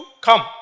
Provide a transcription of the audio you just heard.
come